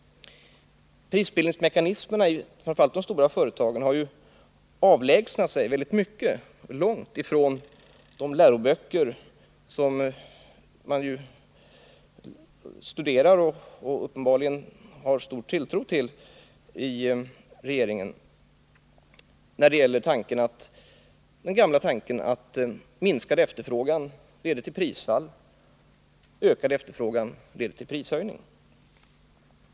Prisbildningsmekanismerna i framför allt de stora företagen har avlägsnat sig ganska långt från de läroböcker som man tydligen studerar och uppenbarligen har stor tilltro till inom regeringen. Det är bl.a. den gamla tanken att minskad efterfrågan leder till prisfall, medan ökad efterfrågan leder till prishöjning.